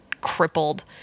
crippled